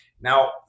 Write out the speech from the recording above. Now